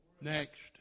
Next